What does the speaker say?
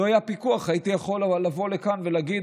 לו היה פיקוח הייתי יכול לבוא לכאן ולהגיד: